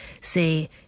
say